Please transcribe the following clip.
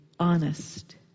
Honest